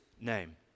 name